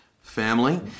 family